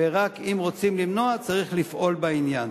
ורק אם רוצים למנוע צריך לפעול בעניין.